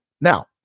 Now